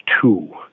two